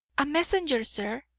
a messenger, sir,